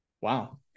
Wow